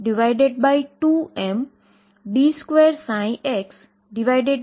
અને આ બધાજ તમારા પ્રશ્નો ની શોધ એર્વિન શ્રોડિંજરેErwin Schrödinger કરી હતી